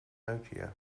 nokia